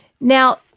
Now